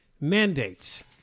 mandates